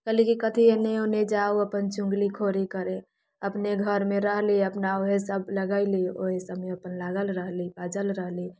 कहली की कथी एने ओने जाउ अपन चुगलीखोरी करे अपने घरमे रहली अपना ओहे सब लगेली ओहे सबमे अपना लागल रहली बाझल रहली